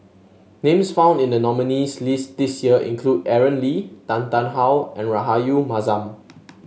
names found in the nominees' list this year include Aaron Lee Tan Tarn How and Rahayu Mahzam